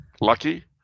Lucky